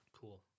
Cool